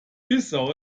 bissau